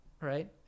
right